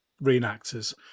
reenactors